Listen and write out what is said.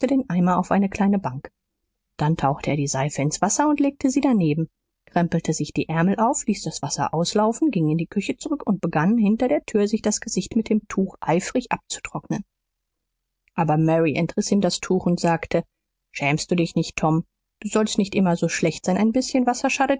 eimer auf eine kleine bank dann tauchte er die seife ins wasser und legte sie daneben krempelte sich die ärmel auf ließ das wasser auslaufen ging in die küche zurück und begann hinter der tür sich das gesicht mit dem tuch eifrig abzutrocknen aber mary entriß ihm das tuch und sagte schämst du dich nicht tom du sollst nicht immer so schlecht sein ein bißchen